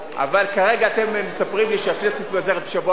אבל כרגע אתם מספרים לי שהכנסת מתפזרת בשבוע הבא,